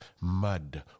mud